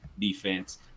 defense